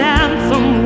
anthem